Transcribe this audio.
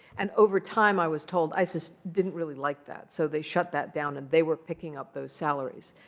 and over time, i was told, isis didn't really like that. so they shut that down, and they were picking up those salaries.